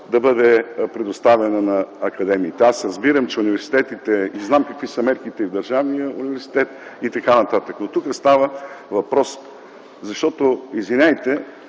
да бъде предоставена на академиите. Аз разбирам, че университетите – знам какви са мерките и в държавния университети и така нататък, но, извинявайте,